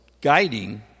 guiding